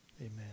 Amen